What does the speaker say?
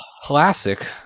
classic